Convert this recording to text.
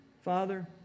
Father